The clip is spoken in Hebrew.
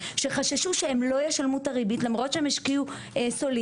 שחששו שהם לא ישלמו את הריבית למרות שהם השקיעו סולידית,